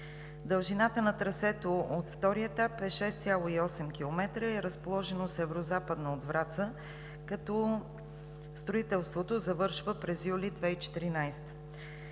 Дължината на трасето от втория етап е 6,8 км и е разположено северозападно от Враца, като строителството завършва през месец юли 2014